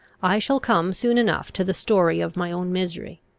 i shall come soon enough to the story of my own misery.